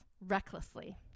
recklessly